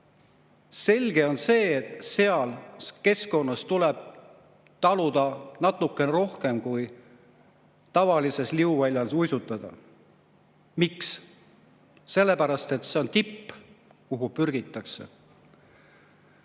Selge on see, et seal keskkonnas tuleb taluda natukene rohkem, kui tavalisel liuväljal uisutades. Miks? Sellepärast, et see on tipp, kuhu pürgitakse. Te